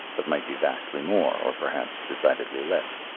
but might be vastly more or perhaps decidedly less.